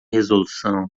resolução